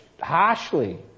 harshly